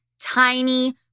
tiny